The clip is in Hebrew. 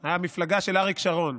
היא הייתה מפלגה של אריק שרון.